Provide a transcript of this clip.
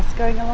going um